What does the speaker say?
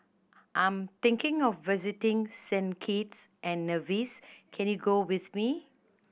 I'm thinking of visiting Saint Kitts and Nevis can you go with me